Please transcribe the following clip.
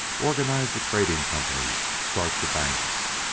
organize the tradin' companies, start the banks